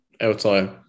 outside